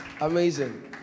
Amazing